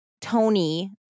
Tony